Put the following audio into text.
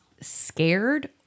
scared